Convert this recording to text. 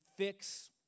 Fix